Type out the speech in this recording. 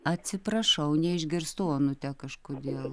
atsiprašau neišgirstu onute kažkodėl